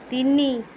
ତିନି